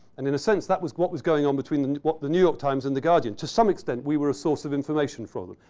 and in a sense, that was what was going on between what the new york times and the guardian. to some extent, we were a source of information for them.